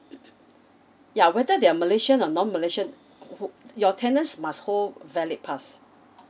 yeah whether they're malaysian or non malaysian ho~ your tenants must hold valid pass